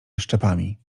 szczepami